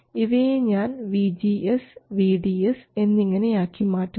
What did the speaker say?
ഇവയെ ഞാൻ vGS vDS എന്നിങ്ങനെ ആക്കി മാറ്റുന്നു